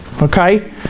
Okay